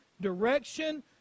direction